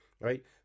right